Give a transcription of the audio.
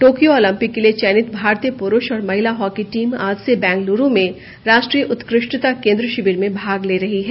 Tokyo Olympic के लिए चयनित भारतीय पुरुष और महिला हॉकी टीम आज से बेंगलुरु में राष्ट्रीय उत्कृष्टता केंद्र शिविर में भाग ले रही है